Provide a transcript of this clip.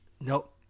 nope